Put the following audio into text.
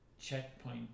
checkpoint